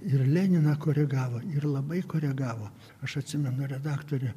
ir leniną koregavo ir labai koregavo aš atsimenu redaktorė